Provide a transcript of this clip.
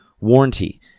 warranty